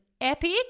epic